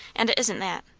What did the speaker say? and it isn't that.